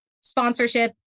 sponsorship